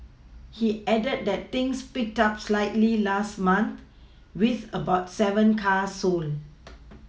he added that things picked up slightly last month with about seven cars sold